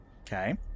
Okay